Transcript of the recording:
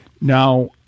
Now